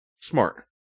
smart